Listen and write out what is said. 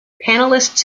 panelists